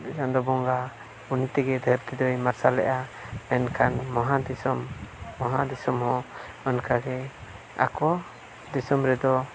ᱪᱟᱸᱫᱳ ᱵᱚᱸᱜᱟ ᱩᱱᱤ ᱛᱮᱜᱮ ᱫᱷᱟᱹᱨᱛᱤ ᱫᱚᱭ ᱢᱟᱨᱟᱞᱮᱫᱼᱟ ᱮᱱᱠᱷᱟᱱ ᱢᱚᱦᱟᱫᱤᱥᱚᱢ ᱢᱚᱦᱟᱫᱤᱥᱚᱢ ᱦᱚᱸ ᱚᱱᱠᱟᱜᱮ ᱟᱠᱚ ᱫᱤᱥᱚᱢ ᱨᱮᱫᱚ